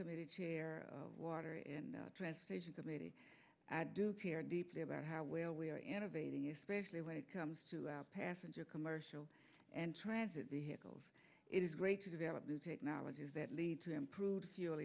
subcommittee chair of water and transportation committee i do care deeply about how well we are innovating especially when it comes to our passenger commercial and transit vehicles it is great to develop new technologies that lead to improved fuel